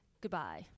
Goodbye